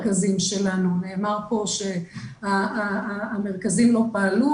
נאמר פה שהמרכזים לא פעלו,